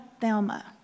Thelma